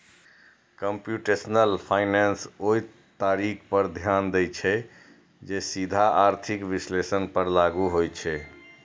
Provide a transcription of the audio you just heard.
computational finance ओइ तरीका पर ध्यान दै छै, जे सीधे आर्थिक विश्लेषण पर लागू होइ छै